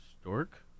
Stork